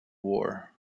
war